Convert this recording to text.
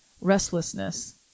restlessness